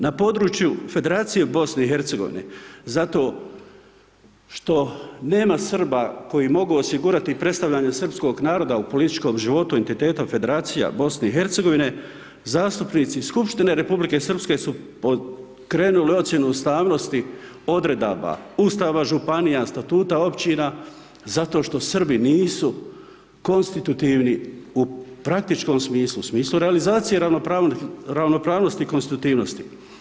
Na području Federacije BiH-a zato što nema Srba koji mogu osigurati predstavljanje srpska naroda u političkom životu entiteta Federacije BiH-a, zastupnici skupštine Republike Srpske su pokrenuli ocjenu ustavnosti odredba, Ustava županija, statuta općina zato što Srbi nisu konstitutivni u praktičkom smislu, u smislu realizacije ravnopravnosti i konstitutivnosti.